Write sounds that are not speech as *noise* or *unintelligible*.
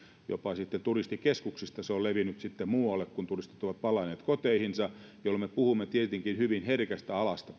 jopa turistikeskuksista se on levinnyt sitten muualle kun turistit ovat palanneet koteihinsa jolloin me puhumme tietenkin hyvin herkästä alasta *unintelligible*